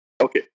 Okay